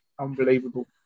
unbelievable